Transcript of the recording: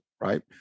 right